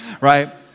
Right